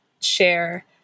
share